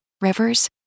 rivers